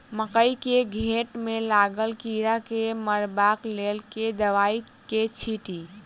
मकई केँ घेँट मे लागल कीड़ा केँ मारबाक लेल केँ दवाई केँ छीटि?